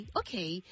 okay